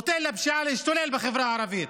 נותן לפשיעה להשתולל בחברה הערבית.